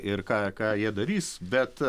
ir ką ką jie darys bet